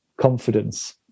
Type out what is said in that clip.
confidence